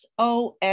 SOS